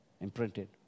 Imprinted